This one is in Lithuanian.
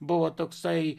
buvo toksai